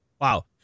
Wow